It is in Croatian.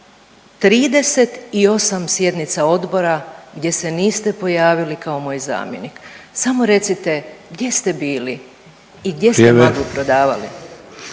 38 sjednica odbora gdje se niste pojavili kao moj zamjenik. Samo recite gdje ste bili …/Upadica